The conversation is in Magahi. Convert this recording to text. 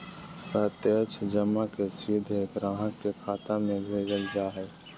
प्रत्यक्ष जमा के सीधे ग्राहक के खाता में भेजल जा हइ